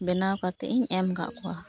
ᱵᱮᱱᱟᱣ ᱠᱟᱛᱮ ᱤᱧ ᱮᱢ ᱠᱟᱜ ᱠᱚᱣᱟ